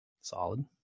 Solid